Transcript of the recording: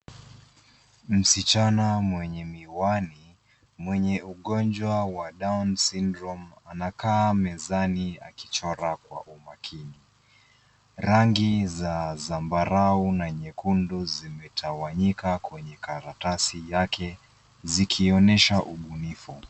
Msichana mwenye miwani mwenye ugonjwa wa down syndrome anakaa mezani akichora kwa umakini. Rangi za zambarau na nyekundu zimetawanyika kote kwenye karatasi yake zikionyesha ubunifu.